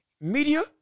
media